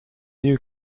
new